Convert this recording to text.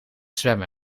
zwemmen